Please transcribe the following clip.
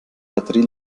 batterie